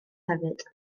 hefyd